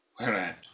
whereat